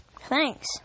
Thanks